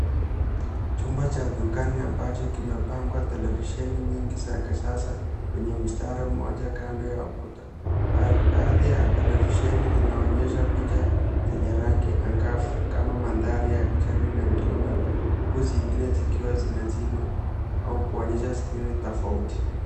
Chumba cha dukani ambacho kimepangwa televisheni nyingi za kisasa kwenye mstari mmoja kando ya ukuta. Baadhi ya televisheni zinaonyesha picha zenye rangi angavu kama mandhari kijani na milima huku zingine zikiwa zimezimwa au kuonyesha skrini tofauti